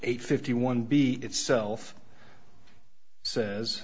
eight fifty one b itself says